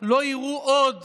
לא יראו עוד